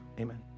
Amen